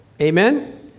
Amen